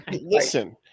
Listen